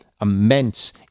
immense